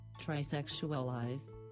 trisexualize